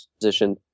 position